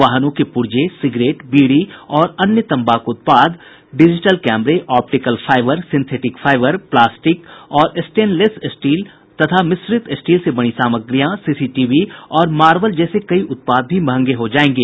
वाहनों के पूर्जे सिगरेट बीड़ी और अन्य तम्बाकू उत्पाद डिजिटल कैमरे optical fibre synthetic fibre plastic और स्टेनलैस स्टील और मिश्रित स्टील से बनी सामग्रियां सीसीटीवी और मार्बल जैसे कई उत्पाद भी महंगे हो जायेंगे